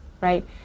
right